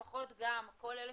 לפחות גם כל אלה